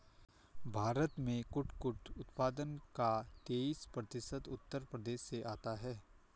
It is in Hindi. भारत में कुटकुट उत्पादन का तेईस प्रतिशत उत्तर प्रदेश से आता है